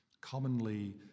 Commonly